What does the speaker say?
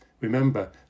Remember